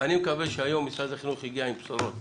אני מקווה שהיום משרד החינוך יגיע עם בשורות